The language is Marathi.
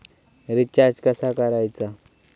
रिचार्ज कसा करायचा?